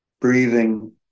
Breathing